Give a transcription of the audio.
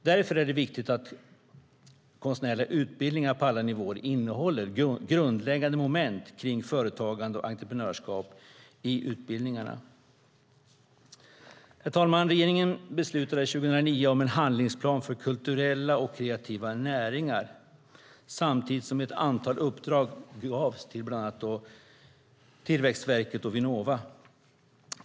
Därför är det viktigt att konstnärliga utbildningar på alla nivåer innehåller grundläggande moment om företagande och entreprenörskap. Herr talman! Regeringen beslutade 2009 om en handlingsplan för kulturella och kreativa näringar samtidigt som ett antal uppdrag gavs till bland annat Tillväxtverket och Vinnova.